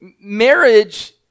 Marriage